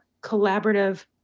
collaborative